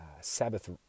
Sabbath